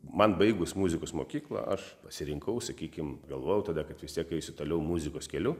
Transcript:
man baigus muzikos mokyklą aš pasirinkau sakykim galvojau tada kad vis tiek eisiu toliau muzikos keliu